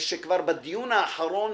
כבר בדיון האחרון,